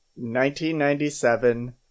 1997